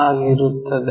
ಆಗಿರುತ್ತದೆ